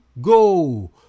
go